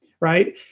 Right